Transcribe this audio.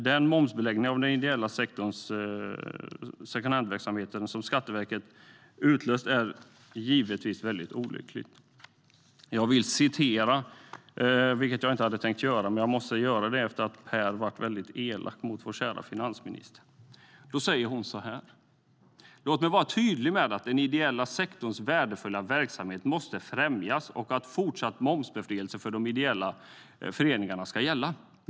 Den momsbeläggning av den ideella sektorns second hand-verksamhet som Skatteverket utlöst är givetvis mycket olycklig. Eftersom Per Åsling har varit mycket elak mot vår kära finansminister ska jag referera vad hon har sagt, nämligen: Låt mig vara tydlig med att den ideella sektorns värdefulla verksamhet måste främjas och att fortsatt momsbefrielse för ideella föreningar i princip ska gälla.